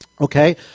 okay